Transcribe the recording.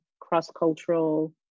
cross-cultural